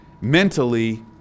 mentally